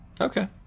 Okay